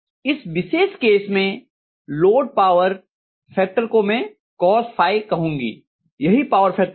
इस विशेष केस में लोड पावर फैक्टर को मैं कौस फाई कहूँगी यही पावर फैक्टर होगा